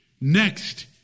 next